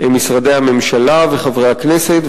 משרדי הממשלה וחברי הכנסת.